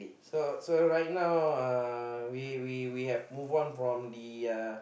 so so right now uh we we we have move on from the uh